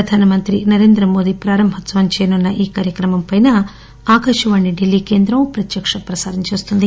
ప్రధానమంత్రి నరేంద్ర మోదీ ప్రారంభోత్సవం చేయనున్న ఈ కార్యక్రమం పైన ఆకాశవాణి ఢిల్లీ కేంద్రం ప్రత్యక్ష ప్రసారం చేస్తుంది